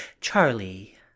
Charlie